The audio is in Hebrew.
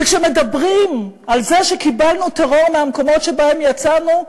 וכשמדברים על זה שקיבלנו טרור מהמקומות שמהם יצאנו,